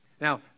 Now